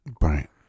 Right